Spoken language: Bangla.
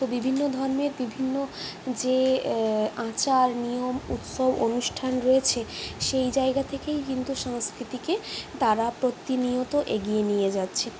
তো বিভিন্ন ধর্মের বিভিন্ন যে আচার নিয়ম উৎসব অনুষ্ঠান রয়েছে সেই জায়গা থেকেই কিন্তু সংস্কৃতিকে তারা প্রতিনিয়ত এগিয়ে নিয়ে যাচ্ছে